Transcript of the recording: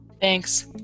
Thanks